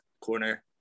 corner